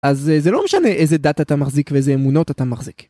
אז זה לא משנה איזה דת אתה מחזיק ואיזה אמונות אתה מחזיק.